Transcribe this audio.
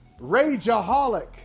rageaholic